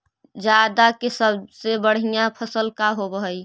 जादा के सबसे बढ़िया फसल का होवे हई?